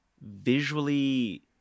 visually